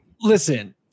Listen